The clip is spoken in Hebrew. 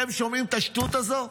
אתם שומעים את השטות הזו?